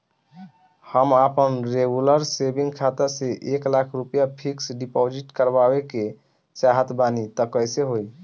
हम आपन regular saving खाता से एक लाख रुपया फिक्स डिपॉज़िट करवावे के चाहत बानी त कैसे होई?